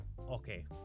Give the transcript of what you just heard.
Okay